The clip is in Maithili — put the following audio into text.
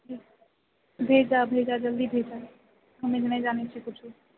भेजऽ भेजऽ जल्दी भेजऽ हमे नहि जानैत छिऐ किछु